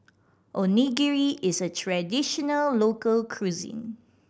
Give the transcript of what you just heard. onigiri is a traditional local cuisine